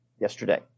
yesterday